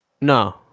no